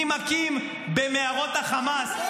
נמקים במנהרות החמאס,